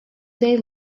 they